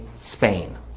Spain